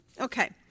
Okay